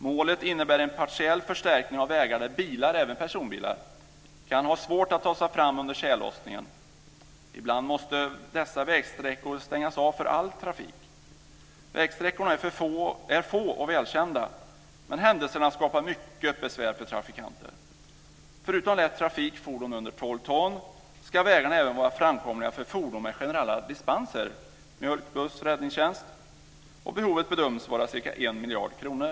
Målet innebär en partiell förstärkning av vägar där bilar, även personbilar, kan ha svårt att ta sig fram under tjällossningen. Ibland måste dessa vägsträckor stängas av för all trafik. Vägsträckorna är få och välkända, men händelserna skapar mycket besvär för trafikanter. Förutom lätt trafik, fordon under tolv ton, ska vägarna även vara framkomliga för fordon med generella dispenser, mjölktransporter, bussar, räddningstjänst, och behovet bedöms vara ca 1 miljard kronor.